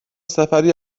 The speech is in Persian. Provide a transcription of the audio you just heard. سفری